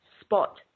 Spot